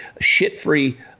shit-free